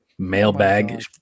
Mailbag